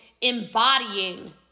embodying